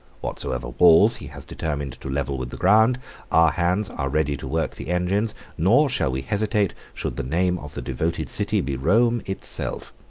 whatsoever walls he has determined to level with the ground, our hands are ready to work the engines nor shall we hesitate, should the name of the devoted city be rome itself.